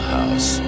House